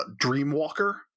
dreamwalker